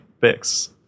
fix